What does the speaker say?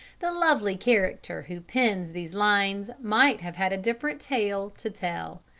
the lovely character who pens these lines might have had a different tale to tell.